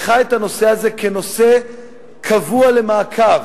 לקחה את הנושא הזה כנושא קבוע למעקב,